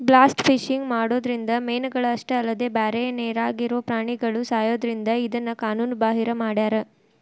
blast fishing ಮಾಡೋದ್ರಿಂದ ಮೇನಗಳ ಅಷ್ಟ ಅಲ್ಲದ ಬ್ಯಾರೆ ನೇರಾಗಿರೋ ಪ್ರಾಣಿಗಳು ಸಾಯೋದ್ರಿಂದ ಇದನ್ನ ಕಾನೂನು ಬಾಹಿರ ಮಾಡ್ಯಾರ